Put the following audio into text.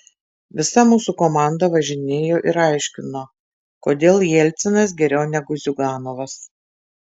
visa mūsų komanda važinėjo ir aiškino kodėl jelcinas geriau negu ziuganovas